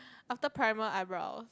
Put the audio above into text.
after primer eyebrow